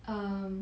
um